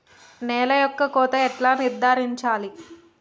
నేల యొక్క కోత ఎలా నిర్ధారించాలి?